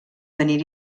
tenir